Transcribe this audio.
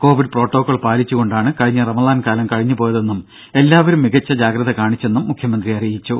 Covid protocol പാലിച്ചുകൊണ്ടാണ് കഴിഞ്ഞ റമദാൻ കാലം കഴിഞ്ഞു പോയതെന്നും എല്ലാവരും മികച്ച ജാഗ്രത കാണിച്ചെന്നും മുഖ്യമന്ത്രി പറഞ്ഞു